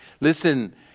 Listen